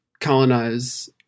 colonize